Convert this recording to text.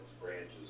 branches